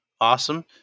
awesome